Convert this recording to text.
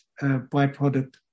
byproduct